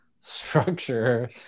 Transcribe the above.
structure